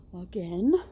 again